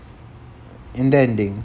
in the ending